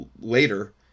later